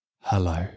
hello